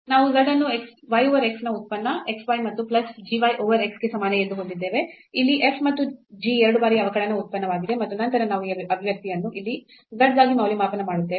ನಾವು z ಅನ್ನು y over x ನ ಉತ್ಪನ್ನ x y ಮತ್ತು plus g y over x ಗೆ ಸಮಾನ ಎಂದು ಹೊಂದಿದ್ದೇವೆ ಇಲ್ಲಿ f ಮತ್ತು g 2 ಬಾರಿ ಅವಕಲನ ಉತ್ಪನ್ನವಾಗಿದೆ ಮತ್ತು ನಂತರ ನಾವು ಈ ಅಭಿವ್ಯಕ್ತಿಯನ್ನು ಇಲ್ಲಿ z ಗಾಗಿ ಮೌಲ್ಯಮಾಪನ ಮಾಡುತ್ತೇವೆ